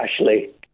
ashley